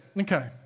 Okay